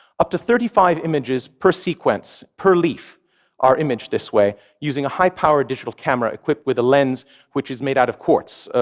up to thirty five images per sequence per leaf are imaged this way using a high-powered digital camera equipped with a lens which is made out of quartz.